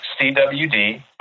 CWD